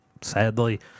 Sadly